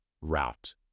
route